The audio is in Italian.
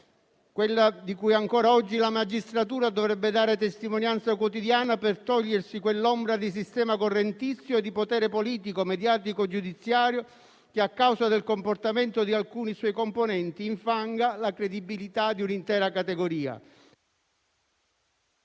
quella di cui ancora oggi la magistratura dovrebbe dare testimonianza quotidiana per togliersi quell'ombra di sistema correntizio e di potere politico, mediatico e giudiziario che, a causa del comportamento di alcuni suoi componenti, infanga la credibilità di un'intera categoria.